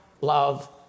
love